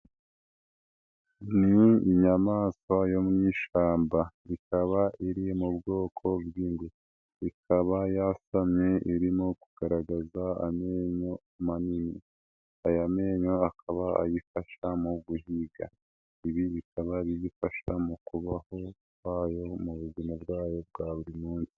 Ni inyamaswa yo mu ishyamba ikaba iri mu bwoko bw'ingwe, ikaba yasamye irimo kugaragaza amenyo manini. Ayamenyo akaba ayifasha mu guhiga, ibi bikaba biyifasha mu kubaho kwayo mu buzima bwayo bwa buri munsi.